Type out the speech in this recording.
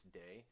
day